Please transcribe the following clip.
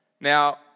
Now